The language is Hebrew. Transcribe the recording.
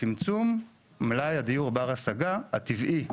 כצמצום מלאי הדיור בר השגה "הטבעי",